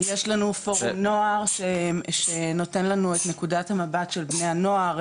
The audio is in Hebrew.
יש לנו פורום נוער שנותן לנו את נקודת המבט של בני הנוער,